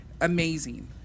amazing